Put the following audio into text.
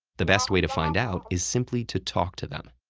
the best way to find out is simply to talk to them.